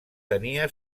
tenia